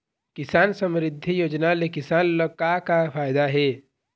किसान समरिद्धि योजना ले किसान ल का का फायदा हे?